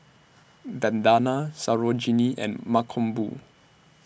Vandana Sarojini and Mankombu